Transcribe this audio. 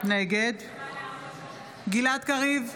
נגד גלעד קריב,